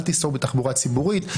אל תסעו בתחבורה ציבורית,